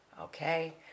okay